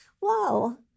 Wow